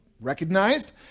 recognized